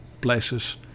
places